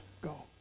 go